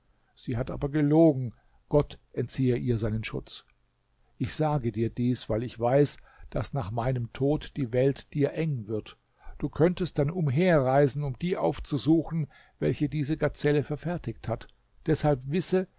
sie hat aber gelogen gott entziehe ihr seinen schutz ich sage dir dies weil ich weiß daß nach meinem tod die welt dir eng wird du könntest dann umherreisen um die aufzusuchen welche diese gazelle verfertigt hat deshalb wisse